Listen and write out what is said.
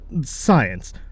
science